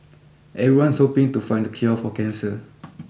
Everyone's hoping to find the cure for cancer